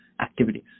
activities